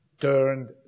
turned